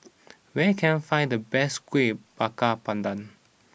where can I find the best Kueh Bakar Pandan